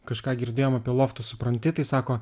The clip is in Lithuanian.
kažką girdėjom apie loftus supranti tai sako